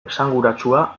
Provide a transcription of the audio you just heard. esanguratsua